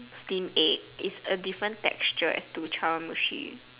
steam egg it's a different texture as to chawanmushi